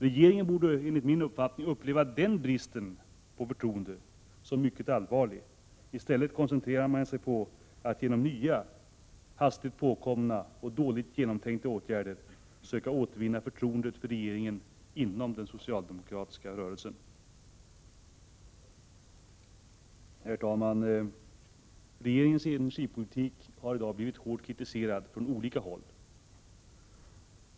Regeringen borde enligt min uppfattning uppleva denna brist på förtroende som mycket allvarlig. I stället koncentrerar man sig på att genom nya hastigt påkomna och dåligt genomtänkta förslag söka återvinna förtroendet för regeringen inom den socialdemokratiska rörelsen. Herr talman! Regeringens energipolitik har i dag blivit hårt kritiserad från olika håll.